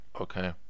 okay